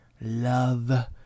love